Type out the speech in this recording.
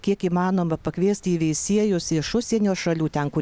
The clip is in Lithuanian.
kiek įmanoma pakviesti į veisiejus iš užsienio šalių ten kur